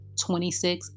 26